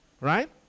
Right